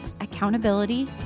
accountability